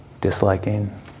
disliking